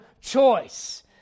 choice